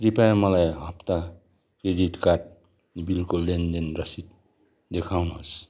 कृपया मलाई हप्ता क्रेडिट कार्ड बिलको लेनदेन रसिद देखाउनुहोस्